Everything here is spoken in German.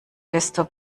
desto